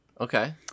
Okay